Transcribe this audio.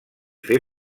fer